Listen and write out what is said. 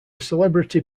celebrity